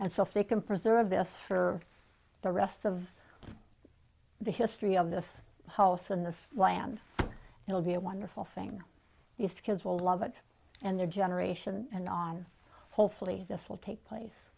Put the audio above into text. and so if they can preserve this for the rest of the history of this house and the land it will be a wonderful thing these kids will love it and their generation and on hopefully this will take place